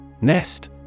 Nest